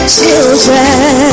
children